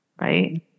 right